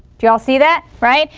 you all see that, right?